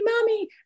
mommy